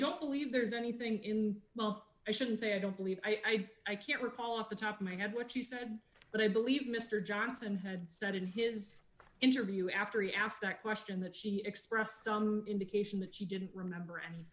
don't believe there's anything in well i shouldn't say i don't believe i think i can recall off the top of my head what she said but i believe mr johnston has said in his interview after he asked that question that she expressed some indication that she didn't remember and